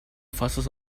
faces